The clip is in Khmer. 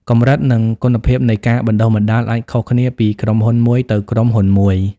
កម្រិត និងគុណភាពនៃការបណ្តុះបណ្តាលអាចខុសគ្នាពីក្រុមហ៊ុនមួយទៅក្រុមហ៊ុនមួយ។